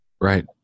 Right